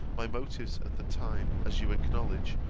my motives at the time, as you acknowledge,